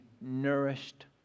nourished